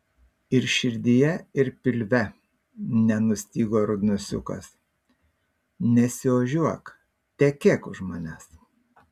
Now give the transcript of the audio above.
ir širdyje ir pilve nenustygo rudnosiukas nesiožiuok tekėk už manęs